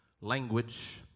language